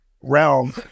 realm